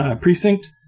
precinct